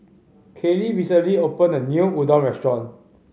Kaylee recently opened a new Udon restaurant